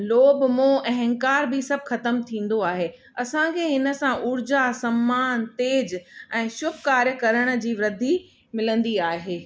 लोभ मोह अंहकार बि सभु ख़तम थींदो आहे असांखे हिन सां उर्जा सम्मान तेज ऐं शुभ कार्य करण जी वृद्धी मिलंदी आहे